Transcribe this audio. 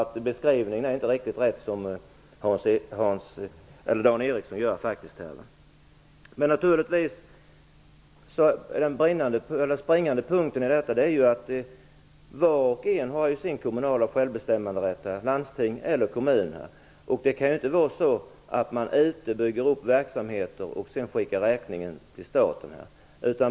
Den beskrivning som Dan Ericsson gör är inte riktigt rätt. Den springande punkten är att var och en har sin kommunala självbestämmanderätt, landsting eller kommuner. Det kan inte vara så att man ute i kommunerna bygger upp verksamheter och sedan skickar räkningen till staten.